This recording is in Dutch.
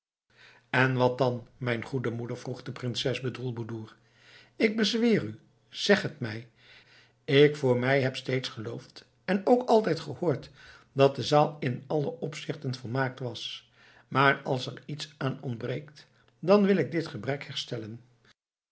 en wat dan mijn goede moeder vroeg prinses bedroelboedoer ik bezweer u zeg het mij ik voor mij heb steeds geloofd en ook altijd gehoord dat de zaal in alle opzichten volmaakt was maar als er iets aan ontbreekt dan wil ik dit gebrek herstellen